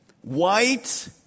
white